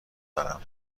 دارم